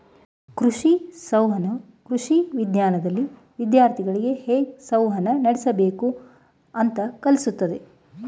ಕೃಷಿ ಸಂವಹನವು ಕೃಷಿ ವಿಜ್ಞಾನ್ದಲ್ಲಿ ವಿದ್ಯಾರ್ಥಿಗಳಿಗೆ ಹೇಗ್ ಸಂವಹನ ನಡಸ್ಬೇಕು ಅಂತ ಕಲ್ಸತದೆ